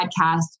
podcast